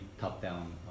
top-down